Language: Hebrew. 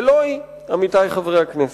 ולא היא, עמיתי חברי הכנסת.